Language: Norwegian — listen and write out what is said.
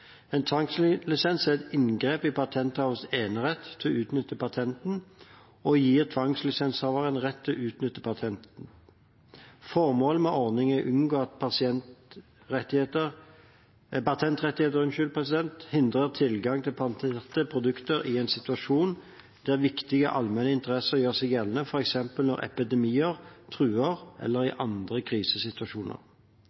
tvangslisens. En tvangslisens er et inngrep i patenthavers enerett til å utnytte patentet og gir tvangslisenshaveren rett til å utnytte patentet. Formålet med ordningen er å unngå at patentrettigheter hindrer tilgang til patenterte produkter i en situasjon der viktige allmenninteresser gjør seg gjeldende, f.eks. når epidemier truer, eller i